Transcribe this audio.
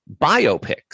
biopics